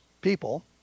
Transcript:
people